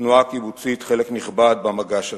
לתנועה הקיבוצית חלק נכבד במגש הזה.